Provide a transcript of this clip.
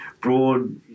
Broad